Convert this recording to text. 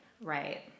right